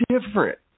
different